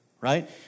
right